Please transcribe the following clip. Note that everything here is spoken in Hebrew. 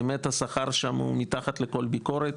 באמת, השכר שם הוא מתחת לכל ביקורת.